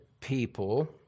people